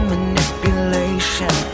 Manipulation